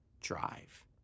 drive